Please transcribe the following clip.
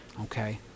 okay